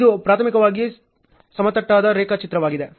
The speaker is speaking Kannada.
ಇದು ಪ್ರಾಥಮಿಕವಾಗಿ ಸಮತಟ್ಟಾದ ರೇಖಾಚಿತ್ರವಾಗಿದೆ